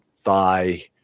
thigh